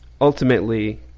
ultimately